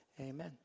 Amen